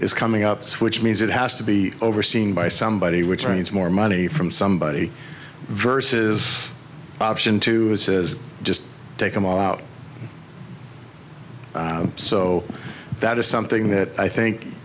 is coming up which means it has to be overseen by somebody which means more money from somebody versus option to just take them all out so that is something that i think